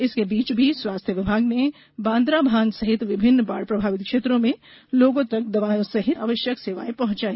इसके बीच भी स्वास्थ्य विभाग ने बान्द्राभान सहित विभिन्न बाढ़ प्रभावित क्षेत्रों में लोगों तक दवाओं सहित आवश्यक सेवाएं पहुॅचाई